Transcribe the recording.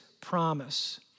promise